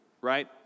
Right